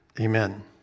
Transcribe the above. Amen